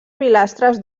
pilastres